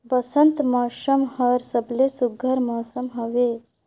बंसत मउसम हर सबले सुग्घर मउसम हवे